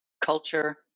culture